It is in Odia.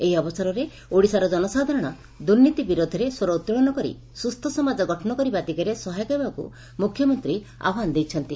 ଏହି ଅବସରରେ ଓଡ଼ିଶାର ଜନସାଧାରଣ ଦୁର୍ନୀତି ବିରୋଧରେ ସ୍ୱର ଉତ୍ତୋଳନ କରି ସୁସ୍କ ସମାଜ ଗଠନ କରିବା ଦିଗରେ ସହାୟକ ହେବାକୁ ମୁଖ୍ୟମନ୍ତୀ ଆହ୍ବାନ ଦେଇଛନ୍ତି